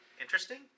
interesting